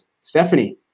Stephanie